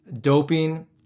doping